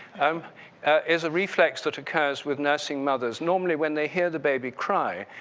um is a reflex that occurs with nursing mothers, normally when they hear the baby cry,